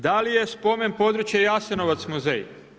Da li je spomen područja Jasenovac muzej?